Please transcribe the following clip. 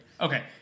Okay